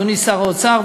אדוני שר האוצר,